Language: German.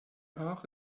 haag